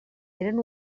eren